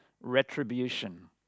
retribution